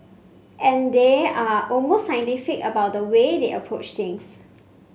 and they are almost scientific about the way they approach things